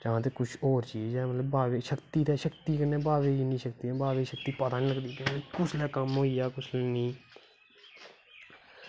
जां मतलव होर चीज़ ऐ शक्ती इन्नी शक्ती बाबे दा शक्ति पता गै नी लगदी कुसलै कम्म होईया कुसलै नेईं